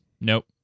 Nope